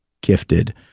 gifted